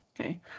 Okay